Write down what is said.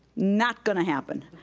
not gonna happen.